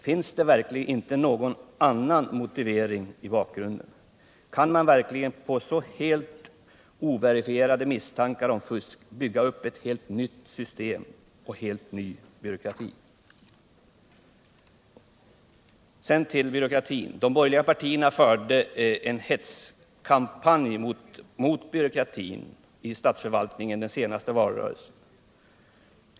Finns det verkligen inte någon annan motivering i bakgrunden? Kan man verkligen på så helt overifierade misstankar om fusk bygga upp ett helt nytt system med en helt ny byråkrati? Vad sedan gäller byråkratifrågan vill jag peka på att centern och även de andra borgerliga partierna under den senaste valrörelsen förde en hetskampanj mot byråkratin i statsförvaltningen.